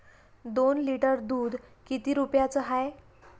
दोन लिटर दुध किती रुप्याचं हाये?